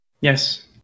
Yes